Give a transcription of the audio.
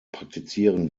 praktizieren